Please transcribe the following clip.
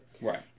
Right